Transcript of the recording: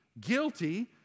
guilty